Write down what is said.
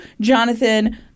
Jonathan